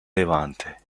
levante